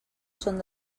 són